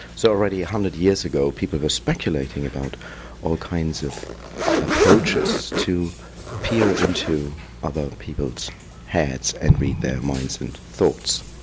so already a hundred years ago people were speculating about all kinds of approaches to peer into other people's heads and read their minds and thoughts.